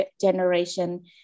generation